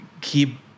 keep